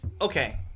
Okay